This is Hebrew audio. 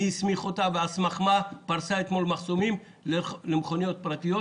מי הסמיך אותה ועל סמך מה היא פרסה אתמול מחסומים למכוניות פרטיות.